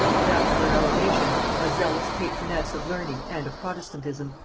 and, after her elevation a zealous patroness of learning and of protestantism,